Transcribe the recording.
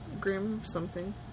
Grim-something